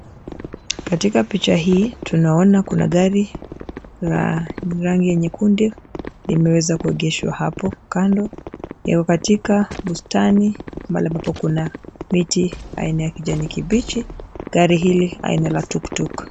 Katika picha hii tunaona kuna gari ya rangi nyekundu imeweza kuegeshwa hapo kando yako katika bustani mahali ambapo kuna miti aina ya kijani kibichi gari hili aina ya tuktuk.